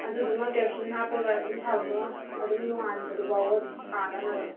ꯑꯗꯨꯗꯨꯃꯥ kerosene ꯍꯥꯞꯄꯒ ꯑꯗꯨꯝ